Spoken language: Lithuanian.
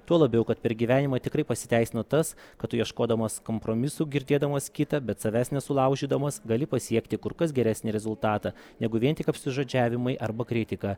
tuo labiau kad per gyvenimą tikrai pasiteisino tas kad tu ieškodamas kompromisų girdėdamas kitą bet savęs nesulaužydamas gali pasiekti kur kas geresnį rezultatą negu vien tik apsižodžiavimai arba kritika